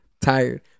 tired